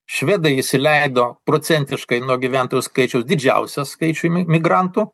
švedai įsileido procentiškai nuo gyventojų skaičiaus didžiausią skaičių migrantų